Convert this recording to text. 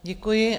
Děkuji.